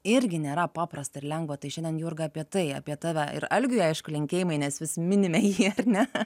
irgi nėra paprasta ir lengva tai šiandien jurga apie tai apie tave ir algiui aišku linkėjimai nes vis minime jį ar ne